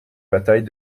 bataille